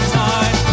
time